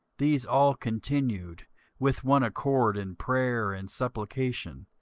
these all continued with one accord in prayer and supplication,